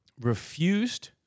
refused